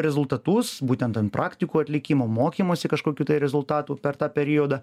rezultatus būtent ten praktikų atlikimo mokymosi kažkokių rezultatų per tą periodą